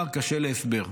הוא פער קשה להסבר.